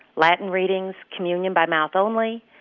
latin readings, communion by mouth only,